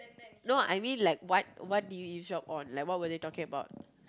no I mean like what what did you eavesdrop on like what were they talking about